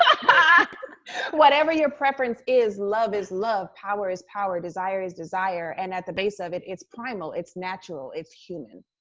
ah whatever your preference is, love is love. power is power. desire is desire. and at the base of it, it's primal. it's natural. it's human.